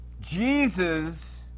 Jesus